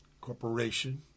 Corporation